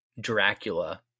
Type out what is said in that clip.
dracula